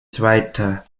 zweiter